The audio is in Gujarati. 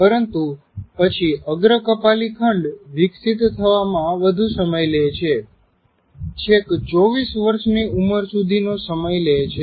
પરંતુ પછી અગ્ર કપાલી ખંડ વિકસીત થવામાં વધુ સમય લે છે છેક 24 વર્ષ ની ઉમર સુધીનો સમય લે છે